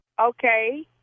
Okay